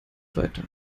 weiter